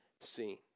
seen